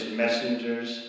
messengers